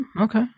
Okay